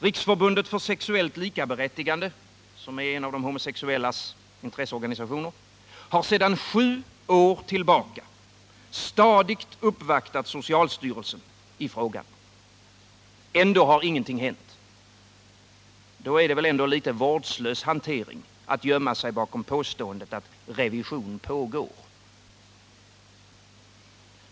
Riksförbundet för sexuellt likaberättigande — en av de homosexuellas intresseorganisationer — har sedan sju år tillbaka stadigt uppvaktat socialstyrelsen i frågan. Ändå har inget hänt. Då är det väl litet vårdslös hantering att gömma sig bakom påståendet att ”revision pågår”?